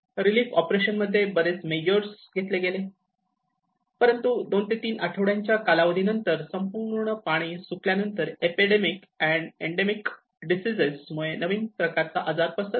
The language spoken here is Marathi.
रीलीफ ऑपरेशन मध्ये बरेच मेजर घेतले गेले परंतु दोन ते तीन आठवड्यांच्या कालावधीनंतर संपूर्ण पाणी सुकल्यानंतर एपिडेमिक अँड एंडेमिक दिसेअसेस मुळे नवीन प्रकारचा आजार पसरला